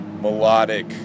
melodic